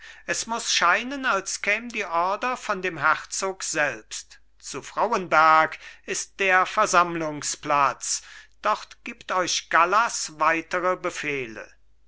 es muß scheinen als käm die ordre von dem herzog selbst zu frauenberg ist der versammlungsplatz dort gibt euch gallas weitere befehle